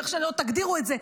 ואיך שלא תגדירו את זה,